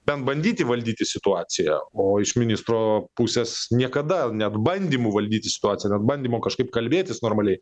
bent bandyti valdyti situaciją o iš ministro pusės niekada net bandymų valdyti situaciją dėl bandymo kažkaip kalbėtis normaliai